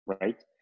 right